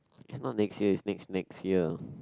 it's not next year it's next next year